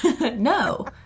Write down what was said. No